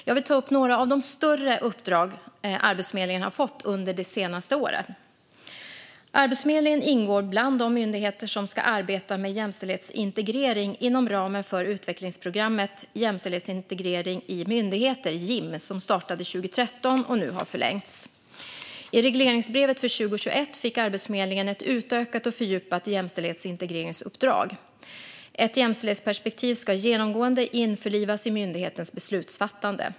Jag vill ta upp några av de större uppdrag Arbetsförmedlingen har fått under de senaste åren. Arbetsförmedlingen ingår bland de myndigheter som ska arbeta med jämställdhetsintegrering inom ramen för utvecklingsprogrammet Jämställdhetsintegrering i myndigheter, JIM, som startade 2013 och nu har förlängts. I regleringsbrevet för 2021 fick Arbetsförmedlingen ett utökat och fördjupat jämställdhetsintegreringsuppdrag. Ett jämställdhetsperspektiv ska genomgående införlivas i myndighetens beslutsfattande.